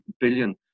billion